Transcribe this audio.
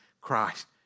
Christ